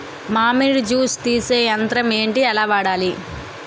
మామిడి జూస్ తీసే యంత్రం ఏంటి? ఎలా వాడాలి?